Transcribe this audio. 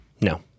No